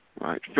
right